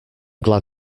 glad